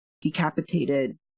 decapitated